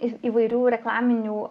ir įvairių reklaminių